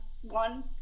one